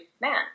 man